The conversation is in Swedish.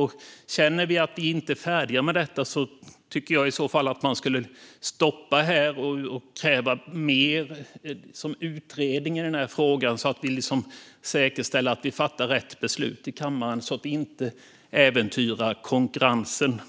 Om vi känner att vi inte är färdiga med detta tycker jag att vi borde stanna här och kräva mer utredning i frågan, så att vi säkerställer att vi fattar rätt beslut i kammaren och så att vi inte äventyrar konkurrensen